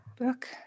book